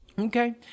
Okay